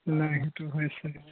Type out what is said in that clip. নাই সেইটো হৈ আছে